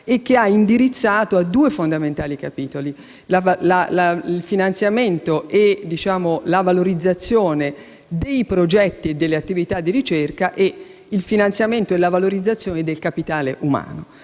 e che ha indirizzato a due fondamentali capitoli: il finanziamento e la valorizzazione dei progetti e delle attività di ricerca e il finanziamento e la valorizzazione del capitale umano.